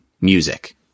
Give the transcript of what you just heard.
music